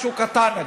משהו קטן נגיד,